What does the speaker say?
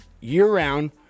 year-round